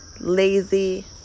lazy